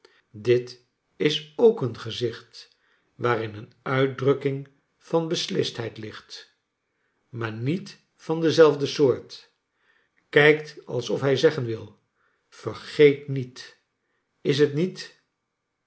dit is ook een gezicht waarin een uitdrukking van beslistheid ligfc maar niet van dezelfde soort kijkt alsof hij zeggen wil vergeet niet is t niet